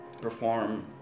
perform